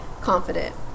confident